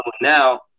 now